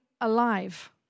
alive